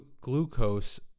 glucose